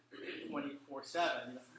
24-7